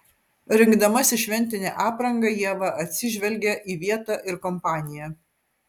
rinkdamasi šventinę aprangą ieva atsižvelgia į vietą ir kompaniją